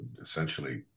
essentially